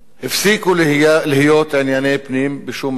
הפסיקו להיות ענייני פנים בשום מקום.